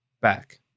back